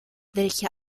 welche